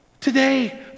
Today